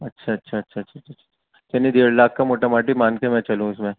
اچھا اچھا اچھا اچھا اچھا چلیے ڈیڑھ لاکھ کا موٹا ماٹی مان کے میں چلوں اس میں